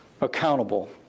accountable